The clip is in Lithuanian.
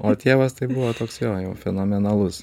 o tėvas tai buvo toks jo jau fenomenalus